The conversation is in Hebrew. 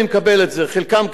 חלקם כן נותנים את זה,